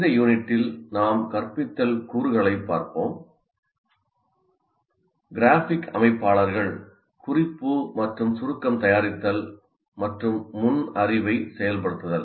இந்த யூனிட்டில் நாம் கற்பித்தல் கூறுகளைப் பார்ப்போம் கிராஃபிக் அமைப்பாளர்கள் குறிப்பு மற்றும் சுருக்கம் தயாரித்தல் மற்றும் முன் அறிவை செயல்படுத்துதல்